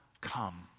come